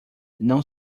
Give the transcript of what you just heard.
não